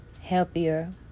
healthier